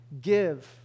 give